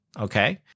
okay